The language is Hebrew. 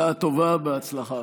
בשעה טובה ובהצלחה.